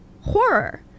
horror